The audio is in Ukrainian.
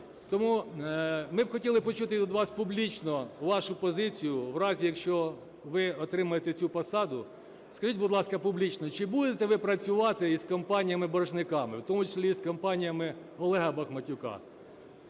Тому ми б хотіли почути від вас публічно вашу позицію в разі, якщо ви отримаєте цю посаду. Скажіть, будь ласка, публічно, чи будете ви працювати із компаніями-боржниками, в тому числі і з компанією Олега Бахматюка?